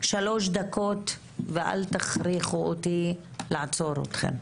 שלוש דקות ואל תכריחו אותי לעצור אתכם.